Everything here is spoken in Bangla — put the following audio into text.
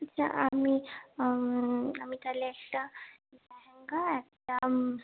আচ্ছা আমি আমি তাহলে একটা লেহেঙ্গা একটা